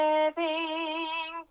Living